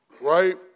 right